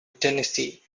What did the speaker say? tennessee